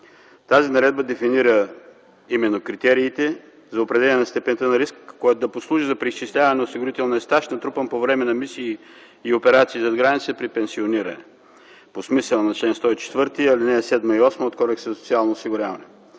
Тази наредба дефинира именно критериите за определяне степента на риск, което да послужи за преизчисляване на осигурителния стаж, натрупан по време на мисии и операции зад граница и при пенсиониране по смисъла на чл. 104, ал. 7 и 8 от Кодекса за социално осигуряване.